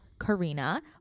Karina